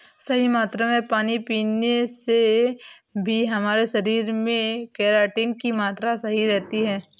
सही मात्रा में पानी पीने से भी हमारे शरीर में केराटिन की मात्रा सही रहती है